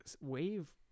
Wave